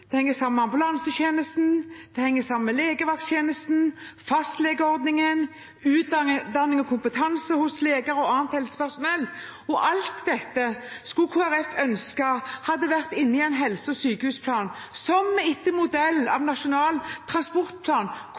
ambulansetjenesten, legevakttjenesten, fastlegeordningen, utdanning og kompetanse hos leger og annet helsepersonell – og alt dette skulle Kristelig Folkeparti ønske hadde vært inne i en helse- og sykehusplan, som vi etter modell av Nasjonal transportplan